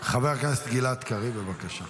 חבר הכנסת גלעד קריב, בבקשה.